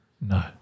no